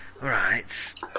Right